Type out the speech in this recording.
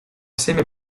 всеми